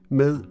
med